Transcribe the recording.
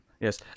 Yes